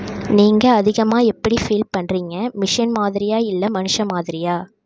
நீங்கள் அதிகமாக எப்படி ஃபீல் பண்ணுறீங்க மிஷின் மாதிரியாக இல்லை மனுஷன் மாதிரியாக